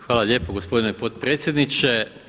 Hvala lijepo gospodine potpredsjedniče.